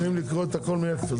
צריך לקרוא את הכל מאפס,